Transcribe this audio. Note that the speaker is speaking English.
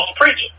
preaching